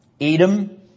Edom